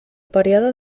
període